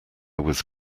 was